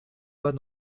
pas